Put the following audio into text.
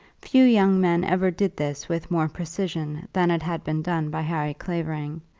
few young men ever did this with more precision than it had been done by harry clavering,